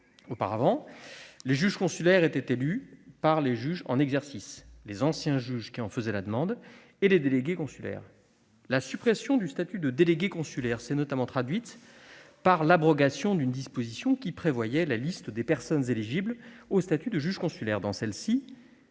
Auparavant, les juges consulaires étaient élus par les juges en exercice, les anciens juges qui en faisaient la demande et les délégués consulaires. La suppression du statut de délégué consulaire s'est notamment traduite par l'abrogation d'une disposition qui prévoyait la liste des personnes éligibles à ce statut. Dans celle-ci